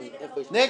מי בעד 13?